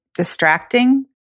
distracting